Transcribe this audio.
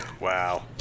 Wow